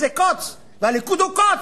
זה קוץ והליכוד הוא קוץ.